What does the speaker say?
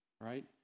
right